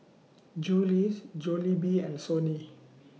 Julie's Jollibee and Sony